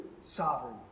sovereign